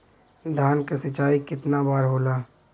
धान क सिंचाई कितना बार होला?